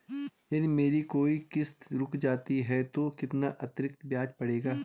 यदि मेरी कोई किश्त रुक जाती है तो कितना अतरिक्त ब्याज पड़ेगा?